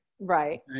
Right